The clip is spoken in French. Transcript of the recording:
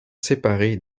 séparées